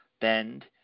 bend